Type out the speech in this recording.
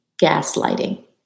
gaslighting